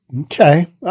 Okay